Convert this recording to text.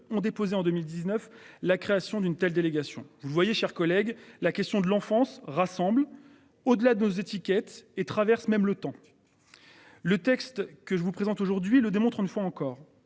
ont déposé en 2019 la création d'une telle délégation, vous le voyez, chers collègues, la question de l'enfance rassemble au-delà de nos étiquettes et traverse même le temps. Le texte que je vous présente aujourd'hui le démontre une fois encore